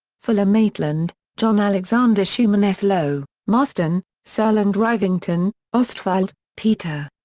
fuller-maitland, john alexander. schumann. s. low, marston, searle and rivington ostwald, peter.